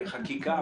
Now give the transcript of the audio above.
חקיקה?